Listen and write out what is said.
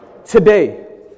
Today